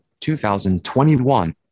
2021